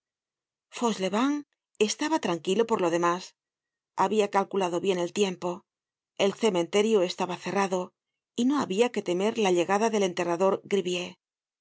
hoya fauchelevent estaba tranquilo por lo demás habia calculado bien el tiempo el cementerio estaba cerrado y no habia que temer la llegada del enterrador